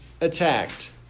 attacked